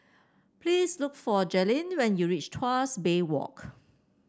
please look for Jalynn when you reach Tuas Bay Walk